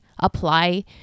apply